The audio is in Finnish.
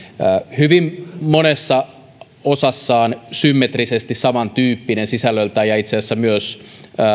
hyvin monessa osassaan symmetrisesti samantyyppinen sisällöltään ja itse asiassa myös